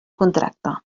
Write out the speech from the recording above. contracte